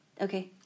Okay